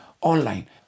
online